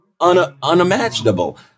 unimaginable